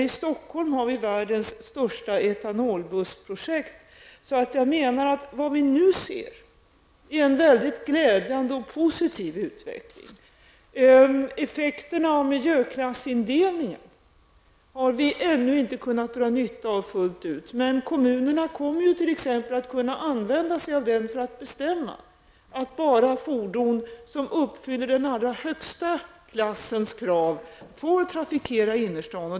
I Stockholm har vi världens största projekt med etanolbussar. Vi ser nu en glädjande och positiv utveckling. Vi har ännu inte fullt ut kunnat dra nytta av miljöklassindelningen. Men kommunerna kommer att kunna användas sig av denna indelning för att bestämma att endast fordon som uppfyller kraven i den allra högsta klassen får trafikera innerstaden.